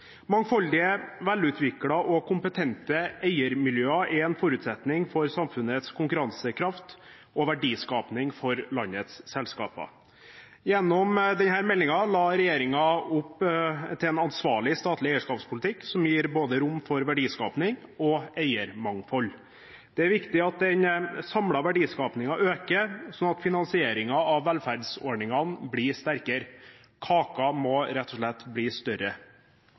Mangfoldige, velutviklede og kompetente eiermiljøer er en forutsetning for samfunnets konkurransekraft og verdiskaping for landets selskaper. Gjennom denne meldingen la regjeringen opp til en ansvarlig statlig eierskapspolitikk, som gir rom for både verdiskaping og eiermangfold. Det er viktig at den samlede verdiskapingen øker, slik at finansieringen av velferdsordningene blir sterkere – kaken må rett og slett bli større.